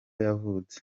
yavutse